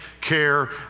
care